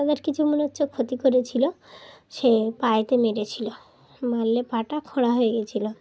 তাদের কিছু মনে হচ্ছে ক্ষতি করেছিলো সে পায়েতে মেরেছিল মারলে পাটা খোড়া হয়ে গিয়েছিলো